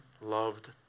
loved